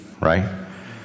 right